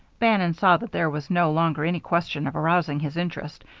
bannon saw that there was no longer any question of arousing his interest.